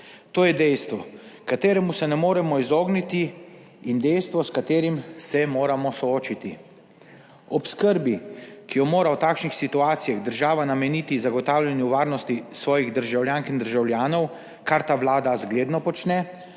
To je dejstvo, ki se mu ne moremo izogniti in s katerim se moramo soočiti. Ob skrbi, ki jo mora v takšnih situacijah država nameniti zagotavljanju varnosti svojih državljank in državljanov, kar ta vlada zgledno počne,